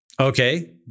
Okay